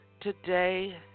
today